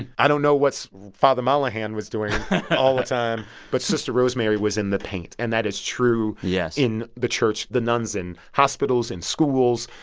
and i don't know what's father mollohan was doing all the time. but sister rosemary was in the paint. and that is true. yes. in the church. the nuns in hospitals, in schools,